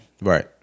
Right